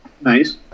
Nice